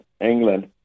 England